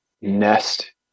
nest